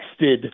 texted